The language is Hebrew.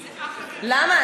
למה?